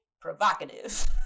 provocative